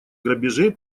грабежей